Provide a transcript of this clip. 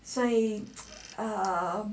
say err